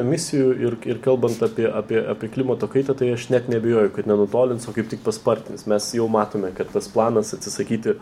emisijų ir ir kalbant apie apie apie klimato kaitą tai aš net neabejoju kad nenutolins o kaip tik paspartins mes jau matome kad tas planas atsisakyti